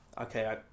Okay